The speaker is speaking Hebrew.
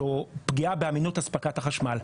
פגיעה באמינות הספקת החשמל.